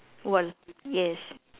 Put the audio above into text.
one yes